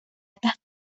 estas